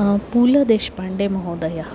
पूलदेश्पाण्डे महोदयः